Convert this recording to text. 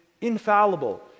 infallible